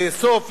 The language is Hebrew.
לאסוף,